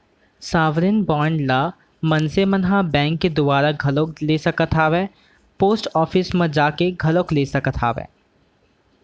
sovereign bond ल मनसे मन ह बेंक के दुवारा घलोक ले सकत हावय पोस्ट ऑफिस म जाके घलोक ले सकत हावय